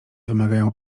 wymagają